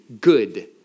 good